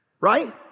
right